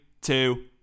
two